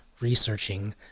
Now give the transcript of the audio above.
researching